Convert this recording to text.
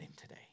today